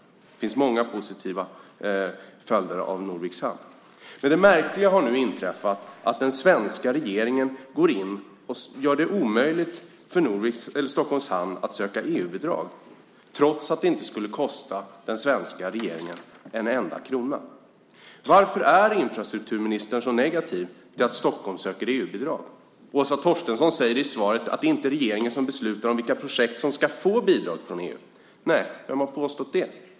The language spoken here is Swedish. Det finns många positiva följder av byggandet av Norviks hamn. Det märkliga har nu inträffat att den svenska regeringen går in och gör det omöjligt för Stockholms Hamn att söka EU-bidrag, trots att det inte skulle kosta den svenska regeringen en enda krona. Varför är infrastrukturministern så negativ till att Stockholm söker EU-bidrag? Åsa Torstensson säger i svaret att det inte är regeringen som beslutar vilka projekt som ska få bidrag från EU. Nej, vem har påstått det?